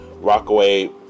Rockaway